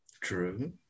True